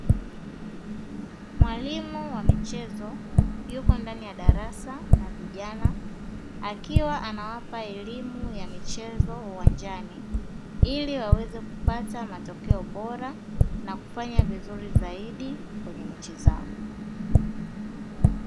Mwalimu wa michezo yupo ndani ya darasa la vijana, akiwa anawapa elimu ya michezo uwanjani ili waweze kupata matokeo bora na kufanya vizuri zaidi kwenye mechi zao.